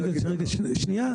שניה,